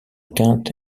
quinte